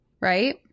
right